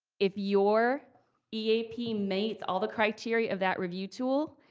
if your eap meets all the criteria of that review tool,